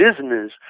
business